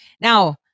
now